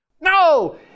No